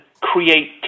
create